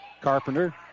Carpenter